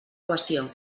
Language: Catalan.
qüestió